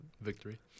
victory